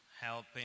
helping